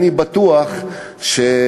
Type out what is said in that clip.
אני בטוח שהשרה,